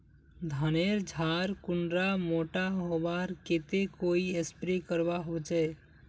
धानेर झार कुंडा मोटा होबार केते कोई स्प्रे करवा होचए?